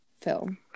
film